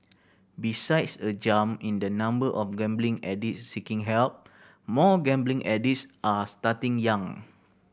besides a jump in the number of gambling addicts seeking help more gambling addicts are starting young